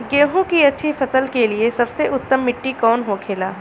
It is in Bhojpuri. गेहूँ की अच्छी फसल के लिए सबसे उत्तम मिट्टी कौन होखे ला?